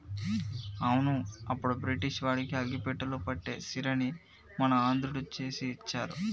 అవును అప్పుడు బ్రిటిష్ వాడికి అగ్గిపెట్టెలో పట్టే సీరని మన ఆంధ్రుడు చేసి ఇచ్చారు